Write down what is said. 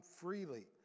freely